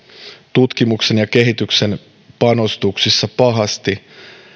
tutkimuksen ja kehityksen panostuksissa pahasti